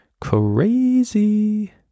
Crazy